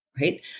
right